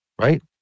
Right